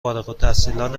التحصیلان